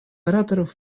ораторов